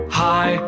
hi